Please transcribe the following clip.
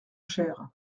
cher